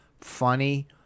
funny